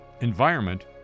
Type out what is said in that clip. environment